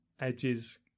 Edge's